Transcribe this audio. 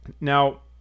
Now